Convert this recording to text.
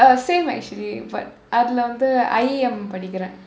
same actually but அதுல வந்து:athula vandthu I_A_M படிக்கிறேன்:padikkireen